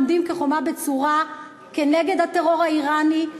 עומדים כחומה בצורה כנגד הטרור האיראני,